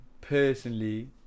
personally